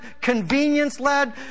convenience-led